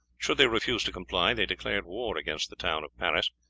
should they refuse to comply, they declared war against the town of paris,